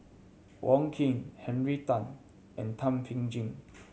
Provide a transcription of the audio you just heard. Wong Keen Henry Tan and Thum Ping Tjin